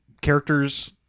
characters